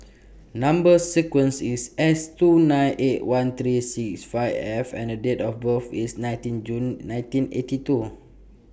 Number sequence IS S two nine eight one thirty six five F and Date of birth IS nineteen June nineteen eighty two